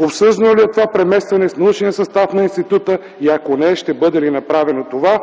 Обсъждано ли е това преместване с научния състав на института и ако не, ще бъде ли направено това?